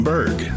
Berg